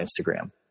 Instagram